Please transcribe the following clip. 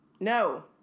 No